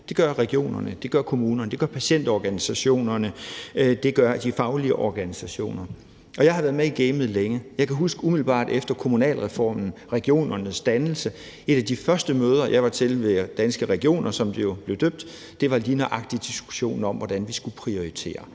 Det gør regionerne, det gør kommunerne, det gør patientorganisationerne, og det gør de faglige organisationer. Jeg har været med i gamet længe, og jeg kan huske, at vi umiddelbart efter kommunalreformen og regionernes dannelse på et af de første møder, jeg var med til med Danske Regioner, som det jo blev døbt, lige nøjagtig havde diskussionen om, hvordan vi skulle prioritere.